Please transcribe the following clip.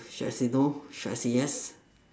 should I say no should I say yes